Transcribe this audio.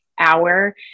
hour